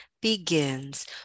begins